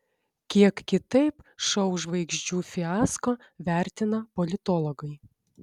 kiek kitaip šou žvaigždžių fiasko vertina politologai